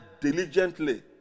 diligently